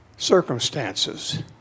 circumstances